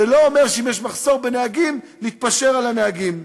זה לא אומר שאם יש מחסור בנהגים נתפשר על הנהגים.